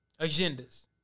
agendas